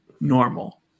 normal